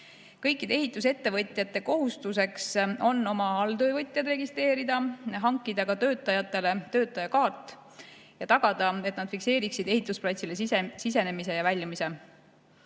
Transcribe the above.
Kõikide ehitusettevõtjate kohustus on oma alltöövõtjad registreerida, hankida ka töötajatele töötaja kaart ja tagada, et nad fikseeriksid ehitusplatsile sisenemise ja väljumise.